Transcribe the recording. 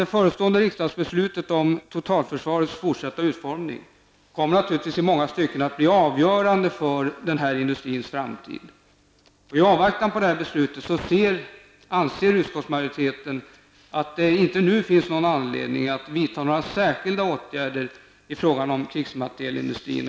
Det förestående riksdagsbeslutet om totalförsvarets fortsatta utformning kommer naturligtvis i många stycken att bli avgörande för denna industris framtid. I avvaktan på detta beslut anser inte utskottsmajoriteten att det finns någon anledning att nu vidta några särskilda åtgärder i fråga om krigsmaterielindustrin.